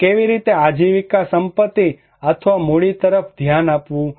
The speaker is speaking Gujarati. તો કેવી રીતે આજીવિકા સંપત્તિ અથવા મૂડી તરફ ધ્યાન આપવું